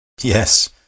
Yes